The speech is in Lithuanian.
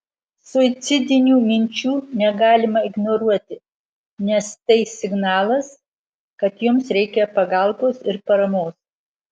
suicidinių minčių negalima ignoruoti nes tai signalas kad jums reikia pagalbos ir paramos